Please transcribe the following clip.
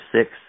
six